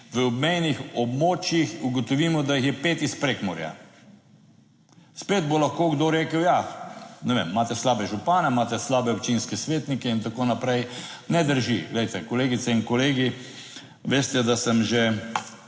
v obmejnih območjih, ugotovimo, da jih je pet iz Prekmurja. Spet bo lahko kdo rekel, ja, ne vem, imate slabe župane, imate slabe občinske svetnike in tako naprej. Ne drži. Glejte, kolegice in kolegi, veste, da sem že